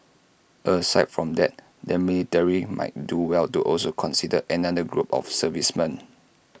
aside from that the military might do well to also consider another group of servicemen